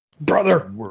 Brother